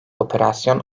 operasyon